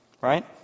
Right